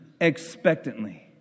expectantly